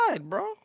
bro